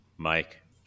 Mike